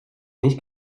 nicht